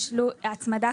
רבותיי,